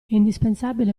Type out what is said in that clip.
indispensabile